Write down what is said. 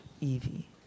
Evie